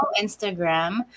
Instagram